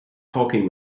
talking